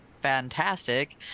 fantastic